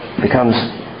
becomes